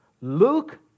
Luke